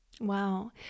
Wow